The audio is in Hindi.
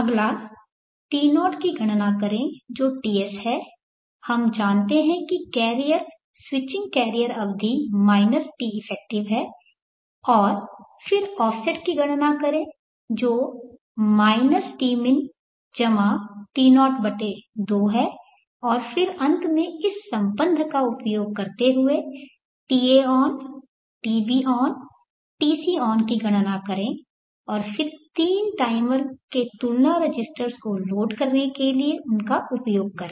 अगला T0 की गणना करें जो Ts है हम जानते हैं कि कैरियर स्विचिंग कैरियर अवधि माइनस t इफेक्टिव है और फिर toffset की गणना करें जो tmin T02 है और फिर अंत में इस संबंध का उपयोग करते हुए taon tbon tcon की गणना करें और फिर तीन टाइमर के तुलना रजिस्टर्स को लोड करने के लिए उनका उपयोग करें